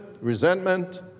resentment